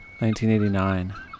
1989